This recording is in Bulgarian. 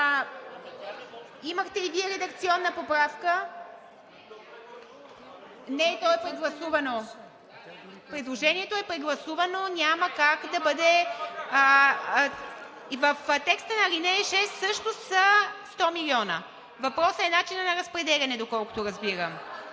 Имахте и Вие редакционна поправка. Не, то е прегласувано. Предложението е прегласувано, няма как да бъде... (Шум и реплики.) И в текста на ал. 6 също са 100 милиона. Въпросът е начинът на разпределяне, доколкото разбирам.